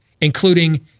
including